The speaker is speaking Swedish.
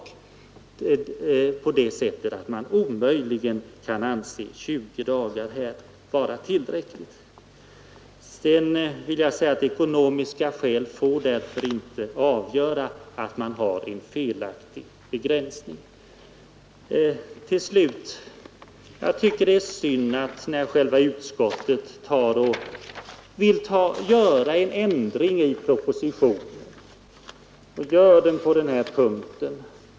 Det ligger då i sakens natur att man omöjligen kan anse 20 dagar vara tillräckligt. Ekonomiska skäl får inte avgöra i detta fall och ge upphov till en felaktig begränsning. Utskottet föreslår på s. 26 i betänkandet en ändring i propositionen på denna punkt.